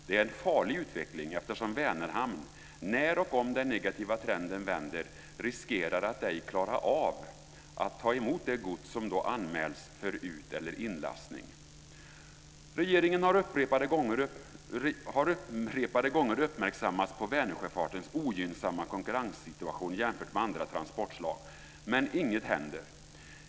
Det är en farlig utveckling, eftersom Vänerhamn, när och om den negativa trenden vänder, riskerar att ej klara av att ta emot det gods som då anmäls för ut eller inlastning. Regeringen har upprepade gånger uppmärksammats på Vänersjöfartens ogynnsamma konkurrenssituation jämfört med andra transportslag, men inget händer.